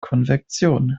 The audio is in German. konvektion